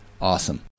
Awesome